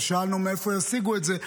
אז שאלנו מאיפה ישיגו את זה,